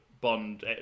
bond